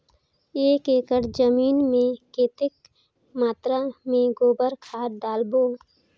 एक एकड़ जमीन मे कतेक मात्रा मे गोबर खाद डालबो?